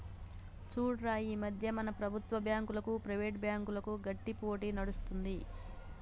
చూడురా ఈ మధ్య మన ప్రభుత్వం బాంకులకు, ప్రైవేట్ బ్యాంకులకు గట్టి పోటీ నడుస్తుంది